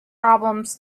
problems